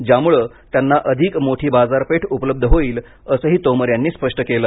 ज्यामुळे त्यांना अधिक मोठी बाजारपेठ उपलब्ध होईल असंही तोमर यांनी स्पष्ट केलं